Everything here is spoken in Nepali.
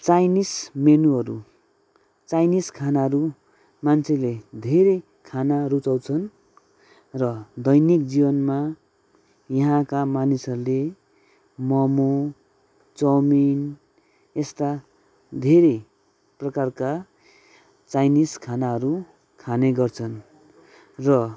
चाइनिज मेनुहरू चाइनिज खानाहरू मान्छेले धेरै खान रुचाउँछन् र दैनिक जीवनमा यहाँका मानिसहरूले मोमो चाउमिन यस्ता धेरै प्रकारका चाइनिज खानाहरू खाने गर्छन् र